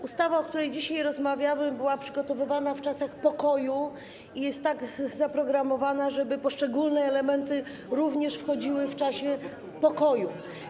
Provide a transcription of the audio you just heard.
Ustawa, o której dzisiaj rozmawiamy, była przygotowywana w czasach pokoju i jest tak zaprogramowana, żeby poszczególne elementy również wchodziły w czasie pokoju.